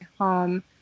home